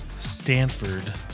Stanford